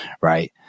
right